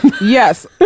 Yes